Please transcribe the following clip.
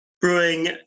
brewing